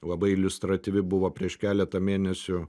labai iliustratyvi buvo prieš keletą mėnesių